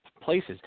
places